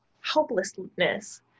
helplessness